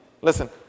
Listen